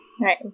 Right